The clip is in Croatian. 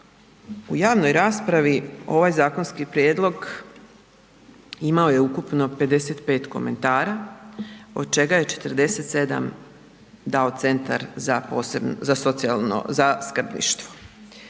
u javnoj raspravi, ovaj zakonski prijedlog imao je ukupno 55 komentara, od čega je 47 dao Centar za posebno